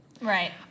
right